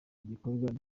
gikorwa